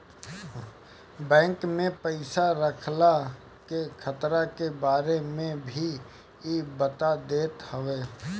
bank में पईसा रखला के खतरा के बारे में भी इ बता देत हवे